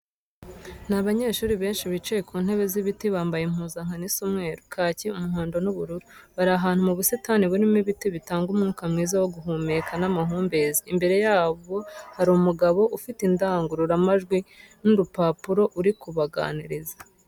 Ni abanyeshuri benshi bicaye ku ntebe z'ibiti, bambaye impuzankano isa umweru, kake, umuhondo n'ubururu. Bari ahantu mu busitani burimo ibiti bitanga umwuka mwiza wo guhumeka n'amahumbezi. Imbere yabo hari umugabo ufite indangururamajwi n'urupapuro uri kubaganiriza.